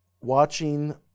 watching